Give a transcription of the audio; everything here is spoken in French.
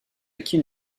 acquis